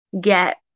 get